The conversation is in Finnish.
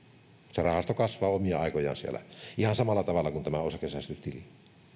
se rahasto kasvaa omia aikojaan siellä ihan samalla tavalla kuin tämä osakesäästötili